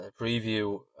preview